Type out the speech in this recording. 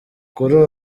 kuri